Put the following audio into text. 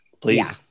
Please